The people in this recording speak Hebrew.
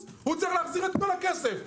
צריך להחזיר את כל הכסף.